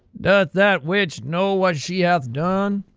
doth that witch know what she hath done?